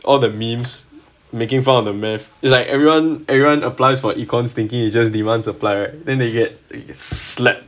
all the memes making fun of the mathematics is like everyone everyone applies for econs thinking you just demand supply right then they get slap